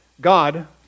God